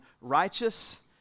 righteous